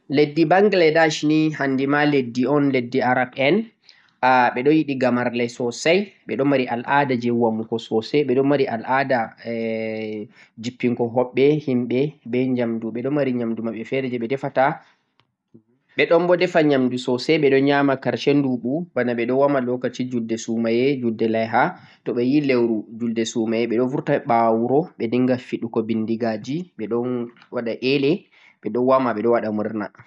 leddi Bangladesh ni handi ma leddi un leddi Arab en me ɗo yiɗi gamarle sosai, ɓe ɗo mari al'ada je womugo sosai ɓe ɗo mari eh jippingo hoɓɓe, himɓe be ƴamdu, ɓe don mari ƴamdu maɓɓe fe're je ɓe defata. Ɓe ɗon bo defa ƴamdu sosai ɓe ƴama karshe duɓu, bana ɓe woma lokaci julde sumaye, julde laiha, to ɓe leuru julde sumaye ɓe ɗo vurta ɓawo wuro ɓe dinga fiɗugo bindigaji ɓe ɗon waɗa ele be ɗon woma ɓe ɗon waɗa murna.